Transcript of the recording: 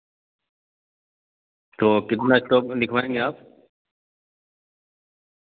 تو کتنا اسٹوک لکھوائیں گے آپ